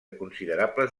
considerables